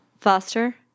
Foster